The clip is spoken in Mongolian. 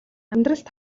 амьдралд